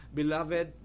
Beloved